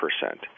percent